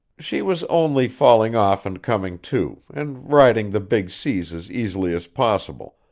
she was only falling off and coming to, and riding the big seas as easily as possible,